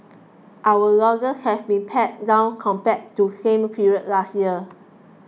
our losses have been pared down compared to same period last year